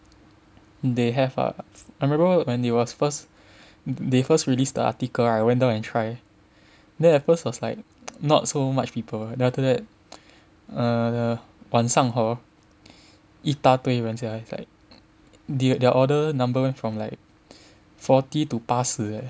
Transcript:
they have ah I remember when it was first they first released the article right I went down and try then at first was like not so much people then after that err 晚上 hor 一大堆人 sia is like their order number went from like forty to 八十 eh